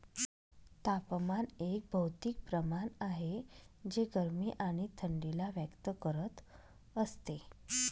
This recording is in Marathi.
तापमान एक भौतिक प्रमाण आहे जे गरमी आणि थंडी ला व्यक्त करत असते